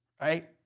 right